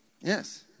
Yes